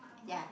ya